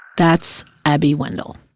that's abby wendle.